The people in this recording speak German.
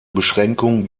beschränkung